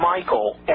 michael